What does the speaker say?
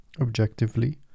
objectively